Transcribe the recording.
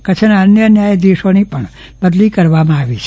કચ્છના અન્ય ન્યાયાધીશોની પણ બદલી કરવામાં આવી છે